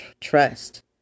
trust